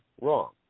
wrong